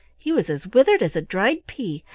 he was as withered as a dried pea,